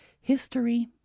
History